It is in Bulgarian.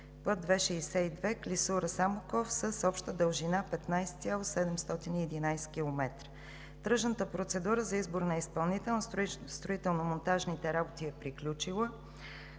път ΙΙ-62 Клисура – Самоков с обща дължина 15,711 км. Тръжната процедура за избор на изпълнител на строително-монтажните работи е приключила.